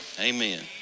Amen